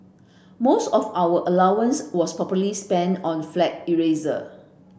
most of our allowance was probably spent on flag eraser